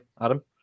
Adam